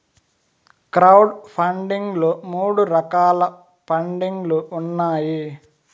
crowd funding లో మూడు రకాల పండింగ్ లు ఉన్నాయి